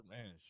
Man